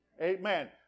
Amen